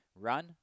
Run